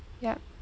yup